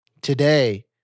Today